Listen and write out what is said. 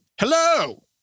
Hello